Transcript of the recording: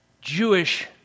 Jewish